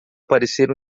parecer